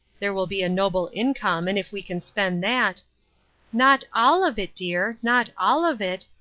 there will be a noble income and if we can spend that not all of it, dear, not all of it,